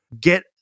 Get